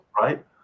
right